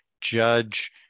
judge